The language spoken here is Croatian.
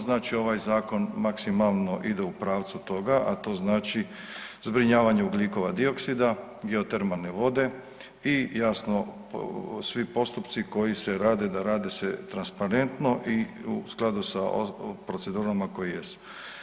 Znači ovaj zakon maksimalno ide u pravcu toga, a to znači zbrinjavanje ugljikova dioksida, geotermalne vode i jasno svi postupci koji se rade da rade se transparentno i u skladu sa procedurama koje jesu.